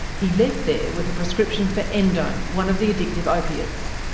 he left there with a prescription for endone, one of the addictive opiates,